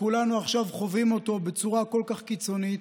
שכולנו עכשיו חווים אותו בצורה כל כך קיצונית.